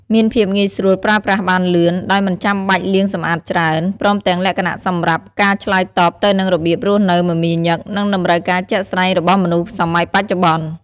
មានភាពងាយស្រួលប្រើប្រាស់បានលឿន ដោយមិនចាំបាច់លាងសម្អាតច្រើន ព្រមទាំងលក្ខណៈសម្រាប់ការឆ្លើយតបទៅនឹងរបៀបរស់នៅមមាញឹក និងតម្រូវការជាក់ស្តែងរបស់មនុស្សសម័យបច្ចុប្បន្ន។